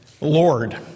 Lord